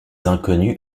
inconnus